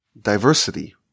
diversity